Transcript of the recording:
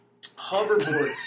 Hoverboards